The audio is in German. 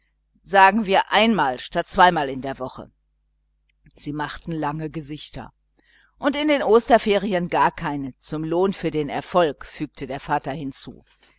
sagen wir einmal statt zweimal in der woche sie machten lange gesichter und in den osterferien gar keine zum lohn für den erfolg fügte der vater hinzu